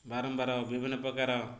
ବାରମ୍ବାର ବିଭିନ୍ନ ପ୍ରକାର